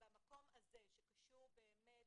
שבמקום הזה שקשור באמת